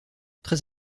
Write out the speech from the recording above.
très